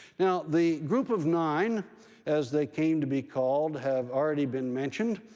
now, the group of nine as they came to be called have already been mentioned.